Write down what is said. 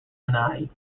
sinai